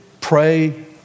pray